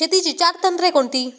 शेतीची चार तंत्रे कोणती?